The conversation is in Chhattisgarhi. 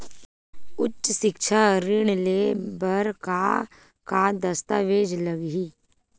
उच्च सिक्छा ऋण ले बर का का दस्तावेज लगही?